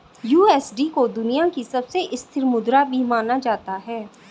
USD को दुनिया की सबसे स्थिर मुद्रा भी माना जाता है